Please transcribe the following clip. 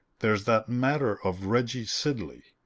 there's that matter of reggie sidley.